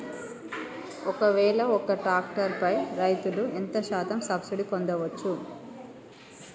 ఒక్కవేల ఒక్క ట్రాక్టర్ పై రైతులు ఎంత శాతం సబ్సిడీ పొందచ్చు?